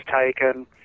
taken